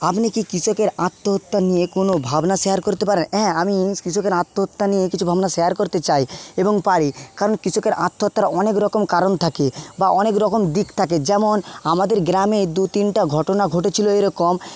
আপনি কি কৃষকের আত্মহত্যা নিয়ে কোনো ভাবনা শেয়ার করতে পারেন হ্যাঁ আমি কৃষকের আত্মহত্যা নিয়ে কিছু ভাবনা শেয়ার করতে চাই এবং পারি কারণ কৃষকের আত্মহত্যার অনেক রকম কারণ থাকে বা অনেক রকম দিক থাকে যেমন আমাদের গ্রামে দু তিনটা ঘটনা ঘটেছিলো এরকম